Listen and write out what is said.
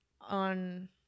on